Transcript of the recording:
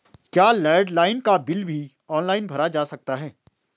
क्या लैंडलाइन का बिल भी ऑनलाइन भरा जा सकता है?